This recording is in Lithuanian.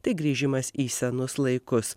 tai grįžimas į senus laikus